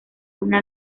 una